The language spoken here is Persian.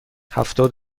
هفتاد